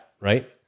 right